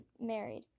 married